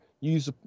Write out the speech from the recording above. use